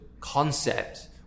concept